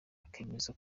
akemeza